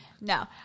no